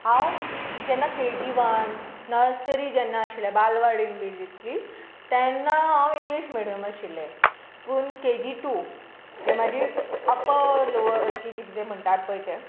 हांव जेन्ना K G one nursery जेन्ना आशिल्लें बालवाडी तेन्ना हांव इंग्लीश मिडियम आशिल्लें पूण के जी टू जें म्हजी अपर लोवर के जी जें कितें म्हणटात पळय तें